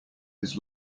his